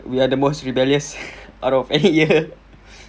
we are the most rebellious out of any year